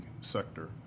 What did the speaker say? sector